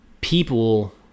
people